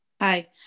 hi